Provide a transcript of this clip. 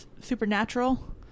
Supernatural